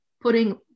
putting